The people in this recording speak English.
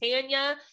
tanya